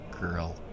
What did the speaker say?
girl